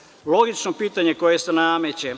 štedi. Logično pitanje koje se nameće,